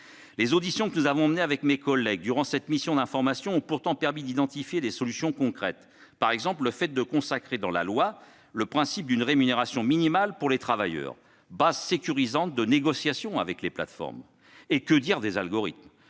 et moi-même avons menées dans le cadre de cette mission d'information ont pourtant permis d'identifier des solutions concrètes, comme le fait de consacrer dans la loi le principe d'une rémunération minimale pour les travailleurs, base sécurisante de négociation avec les plateformes. Et que dire des algorithmes,